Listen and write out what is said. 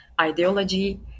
ideology